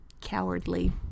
cowardly